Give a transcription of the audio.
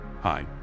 Hi